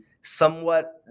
somewhat